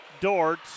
Dort